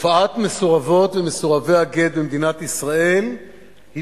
תופעת מסורבות ומסורבי הגט במדינת ישראל היא